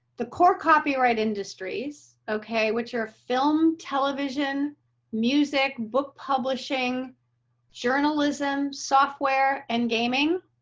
the core copyright industries. okay, what's your film tv music book publishing journalism software and gaming.